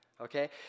Okay